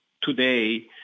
today